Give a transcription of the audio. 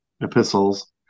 epistles